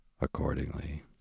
Accordingly